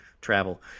travel